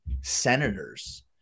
senators